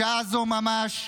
בשעה זו ממש,